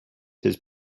his